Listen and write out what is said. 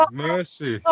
mercy